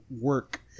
work